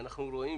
אנחנו רואים